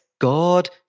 God